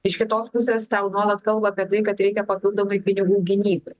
iš kitos pusės tau nuolat kalba apie tai kad reikia papildomai pinigų gynybai